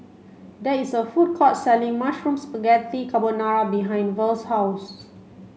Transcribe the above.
there is a food court selling Mushroom Spaghetti Carbonara behind Verl's house